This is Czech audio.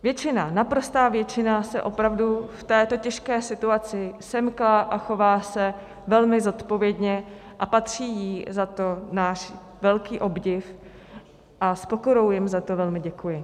Většina, naprostá většina se opravdu v této těžké situaci semkla a chová se velmi zodpovědně a patří jí za to náš velký obdiv a s pokorou za to velmi děkuji.